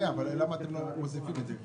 למה אתם לא מוסיפים את זה?